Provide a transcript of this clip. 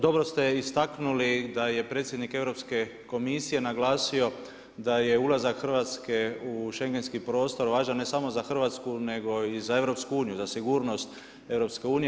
Dobro ste istaknuli da je predsjednik Europske komisije naglasio da je ulazak Hrvatske u schengenski prostor važan ne samo za Hrvatsku, nego i za EU, za sigurnost EU.